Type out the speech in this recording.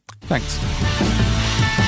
thanks